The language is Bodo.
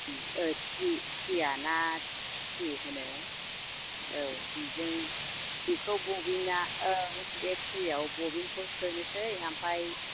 ओ क्रिल आना क्रिल होनो औ बेजों बेखौ बबिन आ औ बे क्रिल आव बबिनखौ सोयो ओमफ्राय